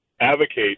advocate